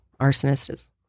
Arsonists